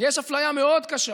יש אפליה מאוד קשה